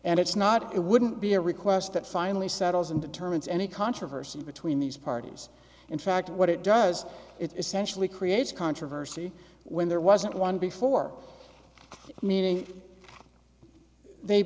and it's not it wouldn't be a request that finally settles in determines any controversy between these parties in fact what it does it is sensually creates controversy when there wasn't one before meaning they